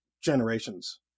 generations